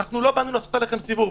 לא באנו לעשות עליכם סיבוב,